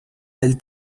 del